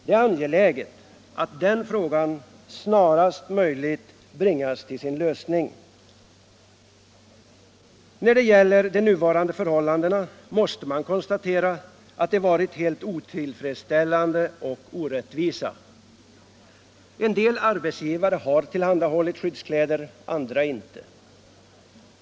Det är angeläget att den frågan snarast möjligt bringas till sin lösning. Man måste konstatera att de nuvarande förhållandena är helt otillfredsställande och orättvisa. En del arbetsgivare har tillhandahållit skyddskläder, andra inte.